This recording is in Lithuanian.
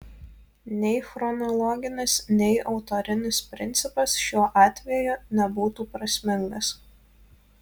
nei chronologinis nei autorinis principas šiuo atveju nebūtų prasmingas